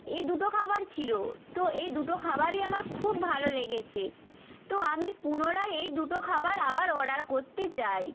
এই দুটো খাবার ছিলো তো এই দুটো খাবারই আমার খুব ভালো লেগেছে তো আমি পুনরায় এই দুটো খাবার আবার অর্ডার করতে চাই